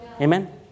amen